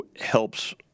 helps